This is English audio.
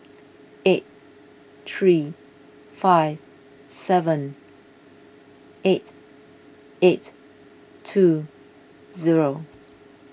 eight three five seven eight eight two zero